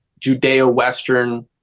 Judeo-Western